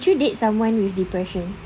would you date someone with depression